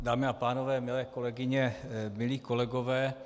Dámy a pánové, milé kolegyně, milí kolegové.